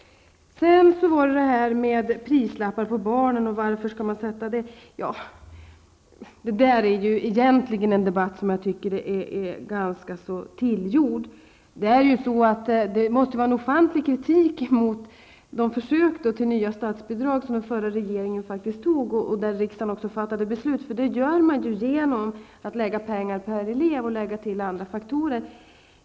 Varför skall man sätta prislappar på barnen? Det där är ju egentligen en debatt som jag tycker är ganska tillgjord. Det måste då finnas en ofantlig kritik mot det försök till nya statsbidrag som den förra regeringen faktiskt initierade och som riksdagen också fattat beslut om. Vad man gör är ju att lägga ut pengar per elev och lägga till andra faktorer.